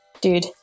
dude